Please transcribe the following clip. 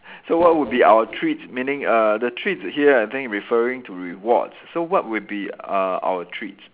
so what would be our treats meaning uh the treats here I think referring to rewards so what would be uh our treats